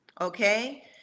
okay